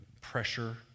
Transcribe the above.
pressure